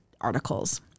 articles